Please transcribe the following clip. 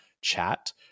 chat